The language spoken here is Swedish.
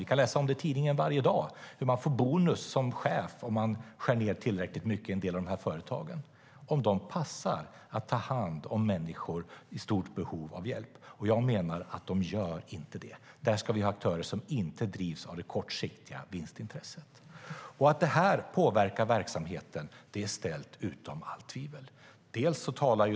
Vi kan läsa i tidningen varje dag om hur man som chef får bonus om man skär ned tillräckligt mycket i en del av de här företagen. Passar de att ta hand om människor i stort behov av hjälp? Jag menar att de inte gör det. Där ska vi ha aktörer som inte drivs av det kortsiktiga vinstintresset. Att vinstintresset påverkar verksamheten är ställt utom allt tvivel.